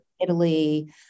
italy